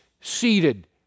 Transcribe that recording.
seated